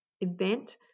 event